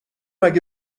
اگه